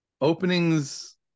openings